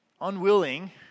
unwilling